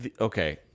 okay